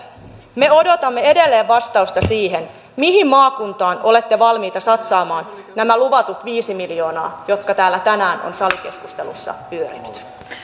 me odotamme edelleen vastausta siihen mihin maakuntaan olette valmiita satsaamaan nämä luvatut viisi miljoonaa joka täällä tänään salikeskustelussa on pyörinyt